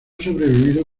sobrevivido